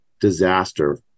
disaster